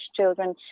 children